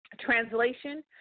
translation